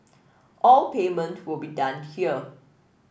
all payment will be done here